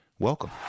Welcome